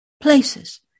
places